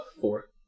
four